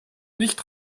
nicht